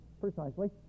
precisely